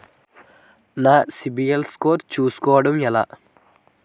నా CIBIL score చుస్కోవడం ఎలా?